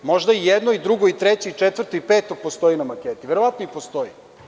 Možda i jedno i drugo i treće i četvrto i peto postoji na maketi, verovatno i postoji.